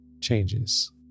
changes